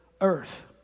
earth